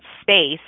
space